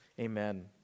amen